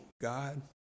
God